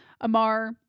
Amar